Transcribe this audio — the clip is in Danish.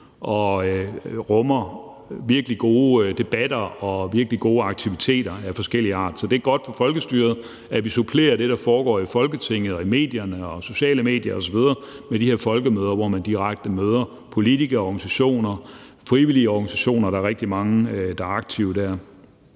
og rummer virkelig gode debatter og virkelig gode aktiviteter af forskellig art. Så det er godt for folkestyret, at vi supplerer det, der foregår i Folketinget, i medierne, på de sociale medier osv., med de her folkemøder, hvor man direkte møder politikere, organisationer og frivillige organisationer, hvoraf rigtig mange er aktive i